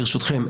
ברשותכם,